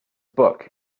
book